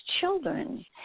children